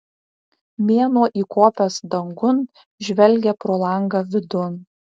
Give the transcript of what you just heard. mėnuo įkopęs dangun žvelgia pro langą vidun